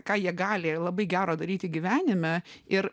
ką jie gali labai gero daryti gyvenime ir